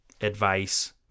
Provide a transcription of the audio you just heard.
advice